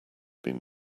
been